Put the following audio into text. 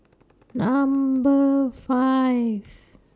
Number five